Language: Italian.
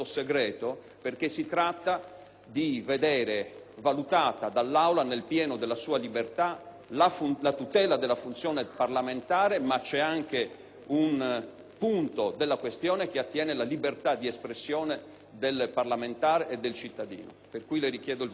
di vedere valutata dall'Aula, nel pieno della sua libertà, la tutela della funzione parlamentare, ma c'è anche un aspetto della questione che attiene alla libertà di espressione dello stesso parlamentare e del cittadino. Le chiedo quindi la possibilità di votare